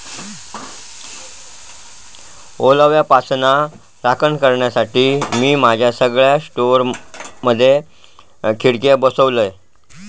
ओलाव्यापासना राखण करण्यासाठी, मी माझ्या सगळ्या स्टोअर हाऊसमधे खिडके बसवलय